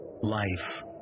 Life